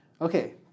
Okay